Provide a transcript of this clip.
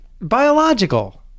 biological